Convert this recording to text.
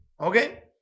Okay